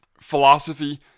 Philosophy